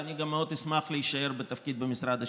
ואני גם מאוד אשמח להמשיך בתפקיד במשרד השיכון,